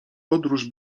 podróż